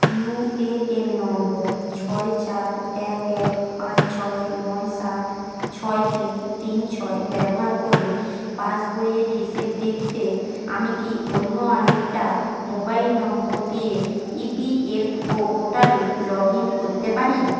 UAN নম্বর ছয় চার এক এক পাঁচ ছয় নয় সাত ছয় তিন তিন ছয় ব্যবহার করে পাসবইয়ের হিসেব দেখতে আমি কি অন্য আরেকটা মোবাইল নম্বর দিয়ে ইপিএফও পোর্টালে লগ ইন করতে পারি